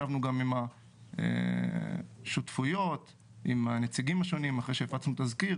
ישבנו גם עם השותפויות ועם הנציגים השונים אחרי שהפצנו תזכיר